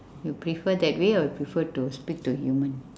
you prefer that way or prefer to speak to human